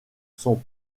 son